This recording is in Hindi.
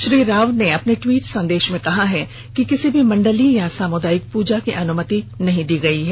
श्री राव ने अपने ट्वीट संदेष में कहा है कि किसी भी मंडली या सामुदायिक पूजा की अनुमति नहीं दी गयी है